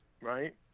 right